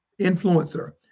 influencer